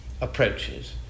approaches